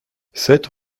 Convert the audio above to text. sept